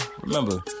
remember